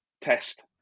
test